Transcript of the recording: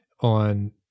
on